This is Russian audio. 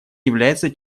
является